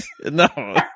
no